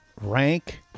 Rank